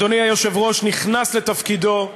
אדוני היושב-ראש, נכנס לתפקידו,